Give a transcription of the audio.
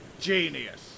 genius